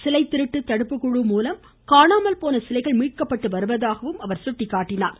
சிலை திருட்டு தடுப்புக்குழு மூலம் காணாமல் போன சிலைகள் மீட்கப்பட்டு வருவதாக எடுத்துரைத்தார்